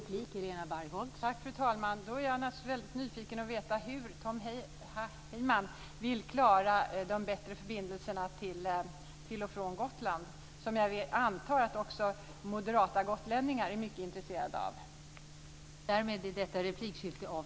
Fru talman! Då är jag naturligtvis väldigt nyfiken på hur Tom Heyman vill göra förbindelserna till och från Gotland bättre, vilket jag antar att också moderata gotlänningar är mycket intresserade av.